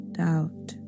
doubt